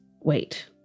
Wait